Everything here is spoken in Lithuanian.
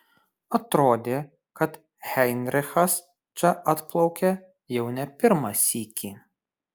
atrodė kad heinrichas čia atplaukia jau ne pirmą sykį